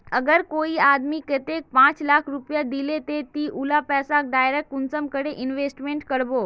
अगर कोई आदमी कतेक पाँच लाख रुपया दिले ते ती उला पैसा डायरक कुंसम करे इन्वेस्टमेंट करबो?